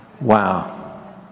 Wow